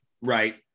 Right